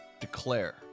declare